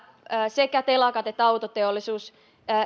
sekä telakat että autoteollisuus